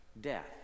Death